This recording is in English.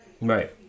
Right